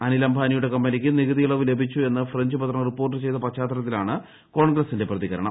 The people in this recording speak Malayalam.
അനിൽ അംബാനിയുടെ കമ്പനിക്ക് നികുതി ഇളവ് ലഭിച്ചു എന്ന് ഫ്രഞ്ച് പത്രം റിപ്പോർട്ട് ചെയ്ത പശ്ചാത്തലത്തിലാണ് ക്ടോൺഗ്രസിന്റെ പ്രതികരണം